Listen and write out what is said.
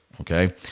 okay